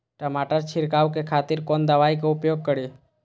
टमाटर छीरकाउ के खातिर कोन दवाई के उपयोग करी?